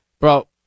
bro